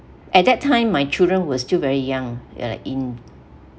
at that time my children were still very young ya like in